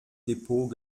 depot